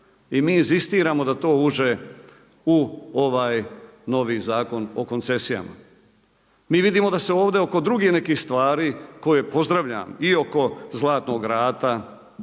i mi inzistiramo da to uđe u ovaj novi Zakon o koncesijama. Mi vidimo da se ovdje oko drugih nekih stvari koje pozdravljam i oko Zlatnog rata,